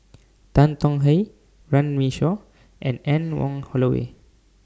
Tan Tong Hye Runme Shaw and Anne Wong Holloway